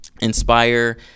inspire